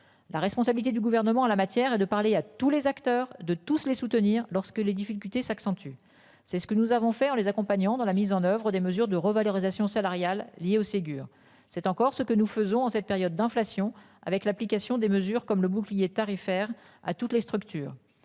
La responsabilité du gouvernement en la matière et de parler à tous les acteurs de tous les soutenir lorsque les difficultés s'accentue. C'est ce que nous avons fait en les accompagnant dans la mise en oeuvre des mesures de revalorisation salariale liées au Ségur, c'est encore ce que nous faisons en cette période d'inflation avec l'application des mesures comme le bouclier tarifaire à toutes les structures.